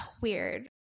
weird